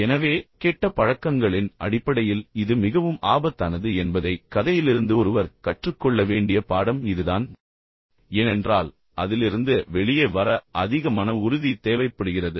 எனவே கெட்ட பழக்கங்களின் அடிப்படையில் இது மிகவும் ஆபத்தானது என்பதைக் கதையிலிருந்து ஒருவர் கற்றுக்கொள்ள வேண்டிய பாடம் இதுதான் ஏனென்றால் அதிலிருந்து வெளியே வர அதிக மன உறுதி தேவைப்படுகிறது